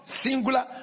singular